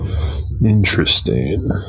Interesting